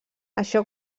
això